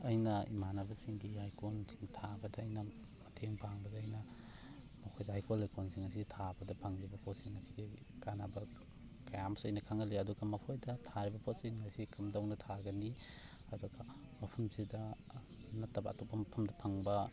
ꯑꯩꯅ ꯏꯃꯥꯟꯅꯕꯁꯤꯡꯒꯤ ꯂꯩꯀꯣꯜꯁꯤꯡ ꯊꯥꯕꯗ ꯑꯩꯅ ꯃꯇꯦꯡ ꯄꯥꯡꯕꯗ ꯑꯩꯅ ꯃꯈꯣꯏꯗ ꯍꯩꯀꯣꯜ ꯂꯩꯀꯣꯜꯁꯤꯡ ꯑꯁꯤ ꯊꯥꯕꯗ ꯐꯪꯂꯤꯕ ꯄꯣꯠꯁꯤꯡ ꯑꯁꯤꯗꯒꯤ ꯀꯥꯅꯕ ꯀꯌꯥ ꯑꯃꯁꯨ ꯑꯩꯅ ꯈꯪꯍꯜꯂꯤ ꯑꯗꯨꯒ ꯃꯈꯣꯏꯗ ꯊꯥꯔꯤꯕ ꯄꯣꯠꯁꯤꯡ ꯑꯁꯤ ꯀꯝꯗꯧꯅ ꯊꯥꯒꯅꯤ ꯑꯗꯨꯒ ꯃꯐꯝꯁꯤꯗ ꯅꯠꯇꯕ ꯑꯇꯣꯞꯄ ꯃꯐꯝꯗ ꯐꯪꯕ